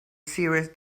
serious